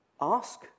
Ask